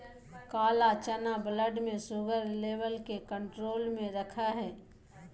काला चना ब्लड में शुगर लेवल के कंट्रोल में रखैय हइ